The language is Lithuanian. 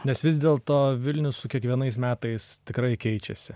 nes vis dėl to vilnius su kiekvienais metais tikrai keičiasi